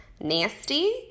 nasty